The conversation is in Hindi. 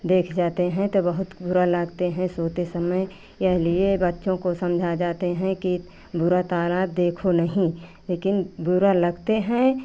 देख जाते हैं तो बहुत बुरा लागता है सोते समय यह लिए बच्चों को समझा जाते हैं कि बुरा तारा देखो नहीं लेकिन बुरा लगता है